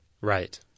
Right